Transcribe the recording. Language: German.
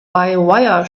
wire